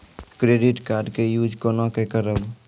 Credit card के use कोना के करबऽ?